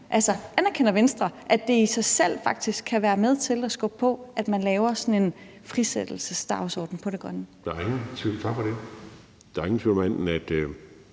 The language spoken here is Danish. Altså, anerkender Venstre, at det i sig selv faktisk kan være med til at skubbe på udviklingen, at man laver sådan en frisættelsesdagsorden på det grønne område? Kl. 14:54 Lars Christian Lilleholt (V): Der er ingen tvivl om, at